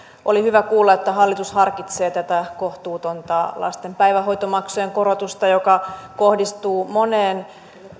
oli hyvä kuulla että hallitus harkitsee uudelleen tätä kohtuutonta lasten päivähoitomaksujen korotusta joka kohdistuu moneen